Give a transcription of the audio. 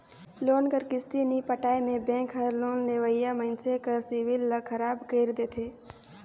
loan कर किस्ती नी पटाए में बेंक हर लोन लेवइया मइनसे कर सिविल ल खराब कइर देथे